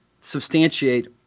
substantiate